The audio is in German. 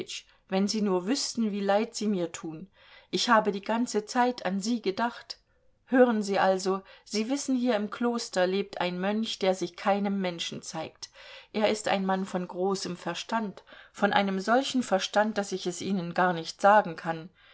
wenn sie nur wüßten wie leid sie mir tun ich habe die ganze zeit an sie gedacht hören sie also sie wissen hier im kloster lebt ein mönch der sich keinem menschen zeigt er ist ein mann von großem verstand von einem solchen verstand daß ich es ihnen gar nicht sagen kann